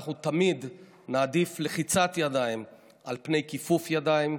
אנחנו תמיד נעדיף לחיצת ידיים על פני כיפוף ידיים,